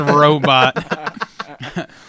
Robot